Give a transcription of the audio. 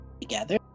together